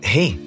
Hey